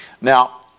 Now